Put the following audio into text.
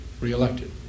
re-elected